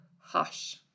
Hush